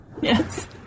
Yes